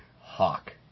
hawk